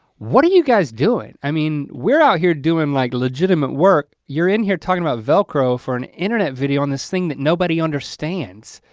what are you guys doing? i mean, mean, we're out here doing like legitimate work. you're in here talking about valco for an internet video on this thing that nobody understands.